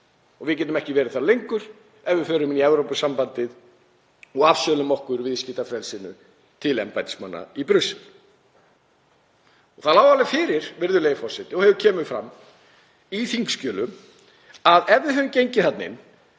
og við getum ekki verið þar lengur ef við göngum í Evrópusambandið og afsölum okkur viðskiptafrelsinu til embættismanna í Brussel. Það lá alveg fyrir, virðulegi forseti, og kemur fram í þingskjölum að ef við hefðum gengið inn,